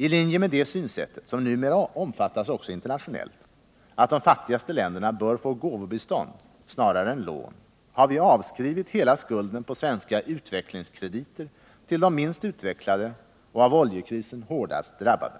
I linje med detta synsätt — som numera omfattas även internationellt — att de fattigaste länderna bör få gåvobistånd snarare än lån, har vi avskrivit hela skulden på svenska utvecklingskrediter till de minst utvecklade och av oljekrisen hårdast drabbade.